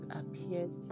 appeared